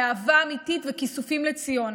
מאהבה אמיתית וכיסופים לציון.